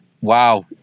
wow